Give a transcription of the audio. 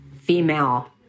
female